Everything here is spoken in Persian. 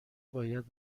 باید